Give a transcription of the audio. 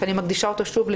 שאני מקדישה אותו שוב,